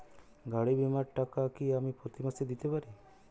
গাড়ী বীমার টাকা কি আমি প্রতি মাসে দিতে পারি?